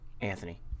Anthony